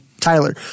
Tyler